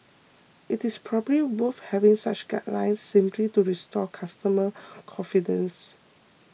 it is probably worth having such guidelines simply to restore consumer confidence